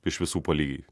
iš visų po lygiai